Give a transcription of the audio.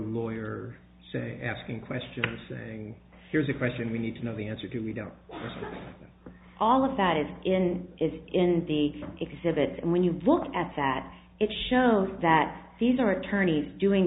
lawyer say asking questions thing here's a question we need to know the answer to we don't know all of that is in is in the exhibit and when you look at that it shows that these are attorneys doing